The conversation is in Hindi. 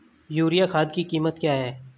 यूरिया खाद की कीमत क्या है?